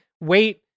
Wait